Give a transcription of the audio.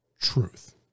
truth